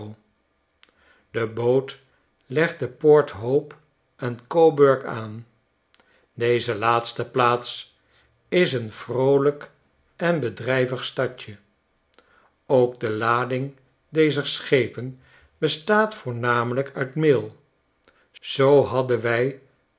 de boot legt te p o rt hope en coburg aan deze laatste plaats is een vroolijk en bedrijvig stadje ook de lading dezer schepen bestaat voornamelijk uit meel zoo hadden wij